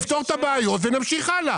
נפתור את הבעיות ונמשיך הלאה.